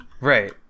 right